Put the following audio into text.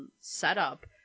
setup